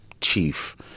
Chief